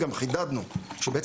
גם חידדנו את זה שבעצם,